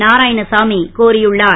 நாராயணசாமி கோரியுள்ளார்